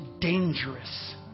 dangerous